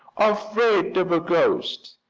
afraid of a ghost!